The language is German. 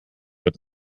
wird